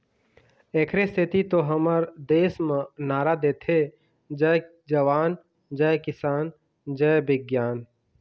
एखरे सेती तो हमर देस म नारा देथे जय जवान, जय किसान, जय बिग्यान